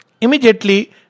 immediately